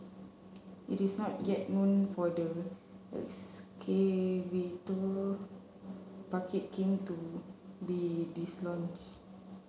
it is not yet known for the excavator bucket came to be dislodged